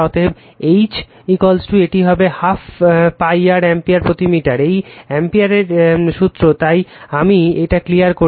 অতএব H এটি হবে I 2 π r এটি অ্যাম্পিয়ার প্রতি মিটার এটি অ্যাম্পিয়ারের সূত্র তাই আমি এটা ক্লিয়ার করে দিই